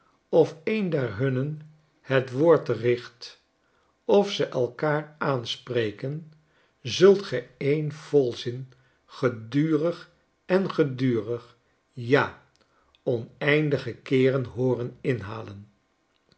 of een der hunnen het woord richt of ze elkaar aanspreken zultge een volzin gedurig en gedurig ja oneindige keeren hooren inhalen